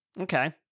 Okay